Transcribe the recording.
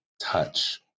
touch